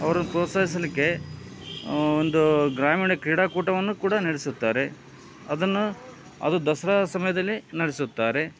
ಅವರು ಪ್ರೋತ್ಸಾಹಿಸಲಿಕ್ಕೆ ಒಂದು ಗ್ರಾಮೀಣ ಕ್ರೀಡಾ ಕೂಟವನ್ನು ಕೂಡ ನಡೆಸುತ್ತಾರೆ ಅದನ್ನ ಅದು ದಸರಾ ಸಮಯದಲ್ಲಿ ನಡೆಸುತ್ತಾರೆ